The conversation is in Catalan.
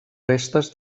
restes